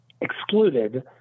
excluded